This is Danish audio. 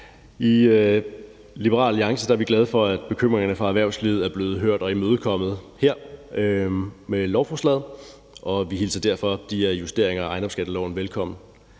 I Liberal Alliance er vi glade for, at bekymringerne fra erhvervslivet er blevet hørt og imødekommet her med lovforslaget, og vi hilser derfor de her justeringer af ejendomsskatteloven velkommen.